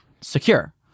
secure